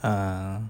uh